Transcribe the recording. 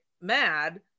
mad